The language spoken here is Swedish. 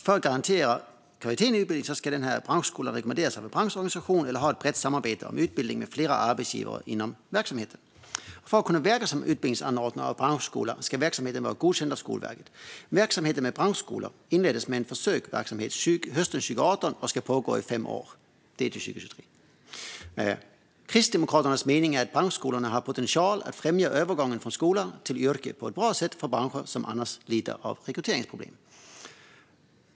För att garantera kvaliteten i utbildningen ska en branschskola rekommenderas av en branschorganisation eller ha ett brett samarbete om utbildning med flera arbetsgivare inom branschen. För att kunna verka som utbildningsanordnare av branschskola ska verksamheten vara godkänd av Skolverket. Verksamheten med branschskolor inleddes med en försöksverksamhet hösten 2018 och ska pågå i fem år, det vill säga till 2023. Kristdemokraternas mening är att branschskolorna har potential att främja övergången från skola till yrke på ett bra sätt för branscher som annars lider av rekryteringsproblem.